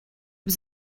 was